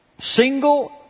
Single